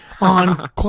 on